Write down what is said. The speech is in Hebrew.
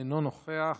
אינו נוכח,